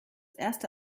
erste